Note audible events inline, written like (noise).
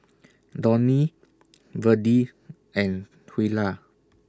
Donny Verdie (noise) and Twyla